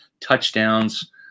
touchdowns